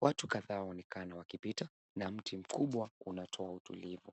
Watu kadhaa wamekaa na wakipita na mti mkubwa unatoa utulivu.